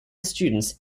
students